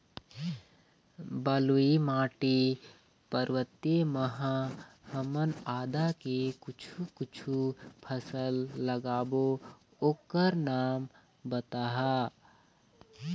बलुई माटी पर्वतीय म ह हमन आदा के कुछू कछु फसल लगाबो ओकर नाम बताहा?